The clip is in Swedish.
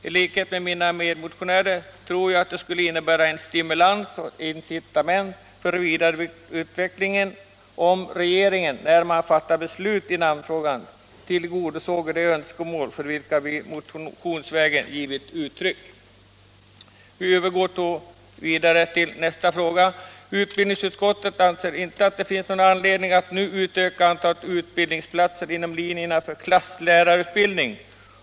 I likhet med mina medmotionärer tror jag att det skulle innebära en stimulans och ett incitament till vidareutveckling om regeringen, när den fattar beslut i namnfrågan, tillgodosåg de önskemål för vilka vi motionsvägen har givit uttryck. Jag övergår till nästa fråga. Utbildningsutskottet anser inte att det finns någon anledning att nu utöka antalet utbildningsplatser inom linjerna för klasslärarutbildning.